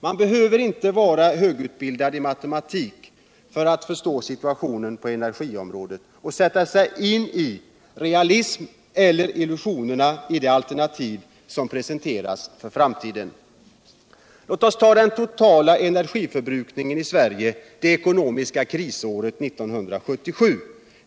Man behöver inte vara högutbildad i matematik för att förstå situationen på energiområdet och sätta sig in i realismen eller illusionerna i de alternativ som presenteras för framtiden. Låt oss ta den totala energiförbrukningen i Sverige det ekonomiska krisåret 1977!